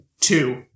two